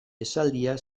esaldia